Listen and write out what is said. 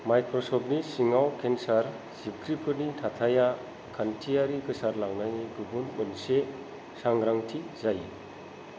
माइक्रशपनि सिङाव केन्सार जिबख्रिफोरनि थाथाइया खान्थियारि गोसारलांनायनि गुबुन मोनसे सांग्रांथि जायो